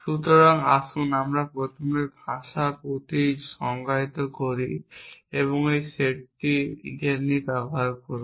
সুতরাং আসুন প্রথমে ভাষা প্রথম যুক্তি সংজ্ঞায়িত করি এবং আমি এই সেটটি একই সাথে করব